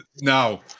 Now